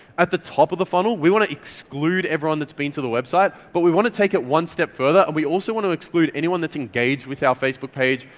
at the top of the funnel, we want to exclude everyone that's been to the website, but we want to take it one step further and we also want to exclude anyone that's engaged with our facebook page,